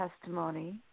testimony